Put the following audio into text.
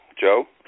Joe